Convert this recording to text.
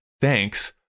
thanks